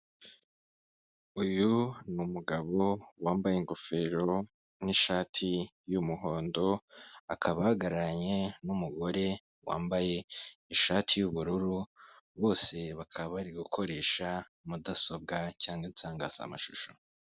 Uyu ni umugabo wambaye ingofero n'ishati y'umuhondo, akaba ahagararanye n'umugore wambaye ishati y'ubururu, bose bakaba bari gukoresha mudasobwa cyangwa insangazamashusho.